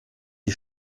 die